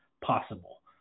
possible